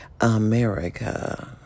America